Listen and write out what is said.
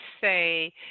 say